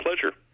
pleasure